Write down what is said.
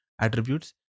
attributes